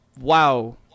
Wow